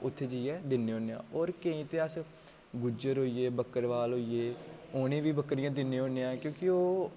उ'त्थें जाइयै दिन्ने होने आं होर केईं ते अस गुज्जर होइये बक्करबाल होइये उ'नें ई बी बक्करियां दिन्ने होने आं क्योंकि ओह्